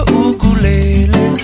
ukulele